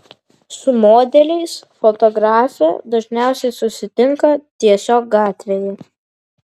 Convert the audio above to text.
su modeliais fotografė dažniausiai susitinka tiesiog gatvėje